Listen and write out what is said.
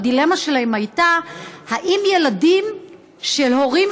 הדילמה שלהם הייתה לגבי ילדים של הורים